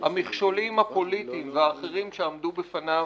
המכשולים הפוליטיים והאחרים שעמדו בפניו